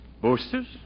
Boosters